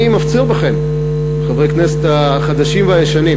אני מפציר בכם, חברי הכנסת החדשים והישנים: